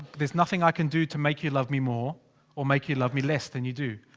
there's nothing i can do to make you love me more or make you love me less than you do.